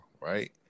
right